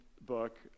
book